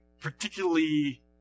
particularly